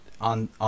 on